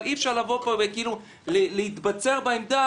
אבל אי אפשר לבוא לפה ולהתבצר בעמדה